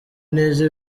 neza